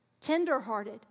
tenderhearted